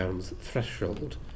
threshold